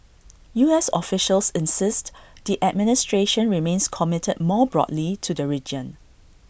U S officials insist the administration remains committed more broadly to the region